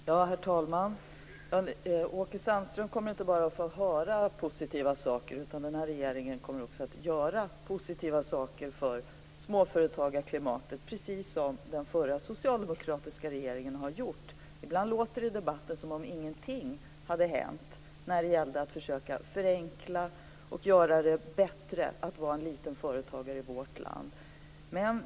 Herr talman! Åke Sandström kommer inte bara att få höra positiva saker, utan regeringen kommer också att göra sådana för småföretagarklimatet, precis som den förra socialdemokratiska regeringen gjorde. Ibland låter det i debatten som om ingenting hade hänt när det gäller att förenkla och göra det bättre för små företagare i vårt land.